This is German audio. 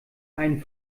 einen